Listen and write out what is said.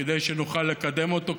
כדי שנוכל לקדם אותו,